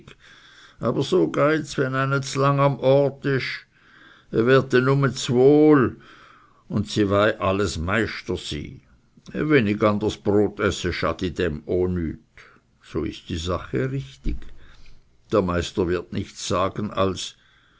aber so geit's we eine z'lang am e n ort isch es wird ne nume z'wohl und si wei alles meister sy e wenig angers brot esse schadti dem o nüt so ist die sache richtig der meister wird nichts sagen als